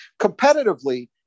Competitively